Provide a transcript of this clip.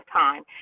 time